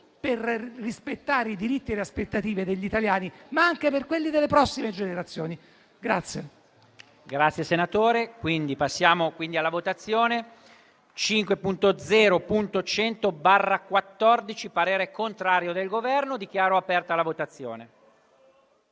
per rispettare i diritti e le aspettative degli italiani di oggi, ma anche quelli delle prossime generazioni.